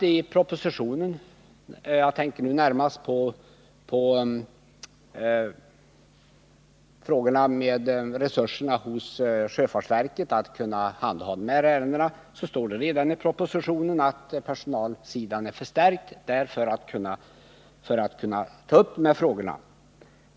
I propositionen —-jag tänker nu närmast på frågorna om sjöfartsverkets resurser för att handha de här ärendena — står det att personalsidan är förstärkt för att man skall kunna ta upp dessa frågor.